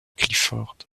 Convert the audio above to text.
clifford